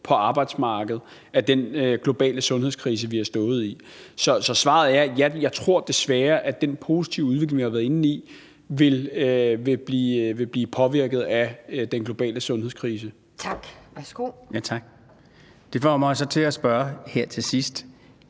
være påvirket af den globale sundhedskrise, vi har stået i. Så svaret er, at jeg desværre tror, at den positive udvikling, vi har været inde i, vil blive påvirket af den globale sundhedskrise. Kl. 18:12 Anden næstformand (Pia Kjærsgaard):